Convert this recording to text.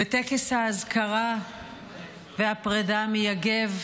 בטקס האזכרה והפרידה מיגב